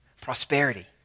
prosperity